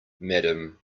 madam